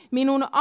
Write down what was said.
minun